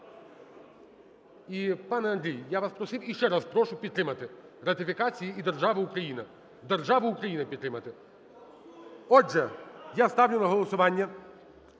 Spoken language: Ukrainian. І пане Андрій, я вас просив і ще раз прошу підтримати ратифікації і державу Україна, державу Україна підтримати. Отже, я ставлю на голосування